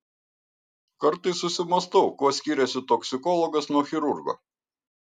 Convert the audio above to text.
kartais susimąstau kuo skiriasi toksikologas nuo chirurgo